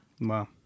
Wow